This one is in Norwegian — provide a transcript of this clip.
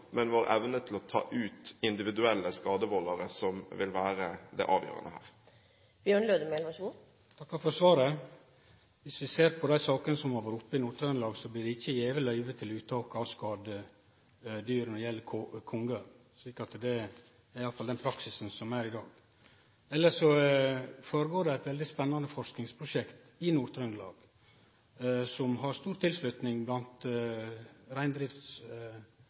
men vår evne til å ta ut individuelle skadevoldere som vil være det avgjørende her. Eg takkar for svaret. Dersom vi ser på dei sakene som har vore oppe i Nord-Trøndelag, blir det ikkje gjeve løyve til uttak av skadedyr når det gjeld kongeørn. Det er iallfall den praksisen som er i dag. Elles føregår det eit veldig spennande forskingsprosjekt i Nord-Trøndelag, som har stor tilslutning blant